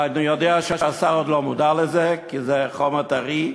אני יודע שהשר עוד לא מודע לזה כי זה חומר טרי,